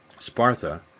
Sparta